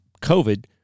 COVID